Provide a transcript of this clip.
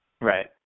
Right